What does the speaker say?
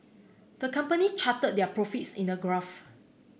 the company charted their profits in a graph